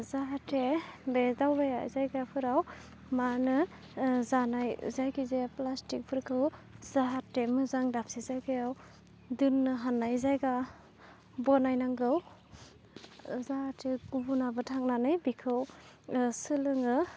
जाहाथे बे दावबायारि जायगाफोराव मा होनो जानाय जायखिजाया प्लाष्टिकफोरखौ जाहाथे मोजां दाबसे जायगायाव दोननो हानाय जायगा बानायनांगौ जाहाथे गुबुनाबो थांनानै बेखौ सोलोङो